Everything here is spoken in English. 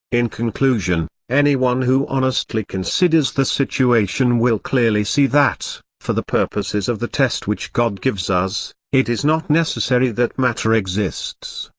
in conclusion, anyone who honestly considers the situation will clearly see that, for the purposes of the test which god gives us, it is not necessary that matter exists.